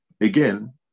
again